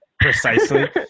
precisely